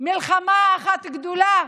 מלחמה אחת גדולה,